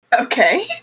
Okay